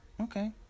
okay